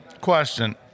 question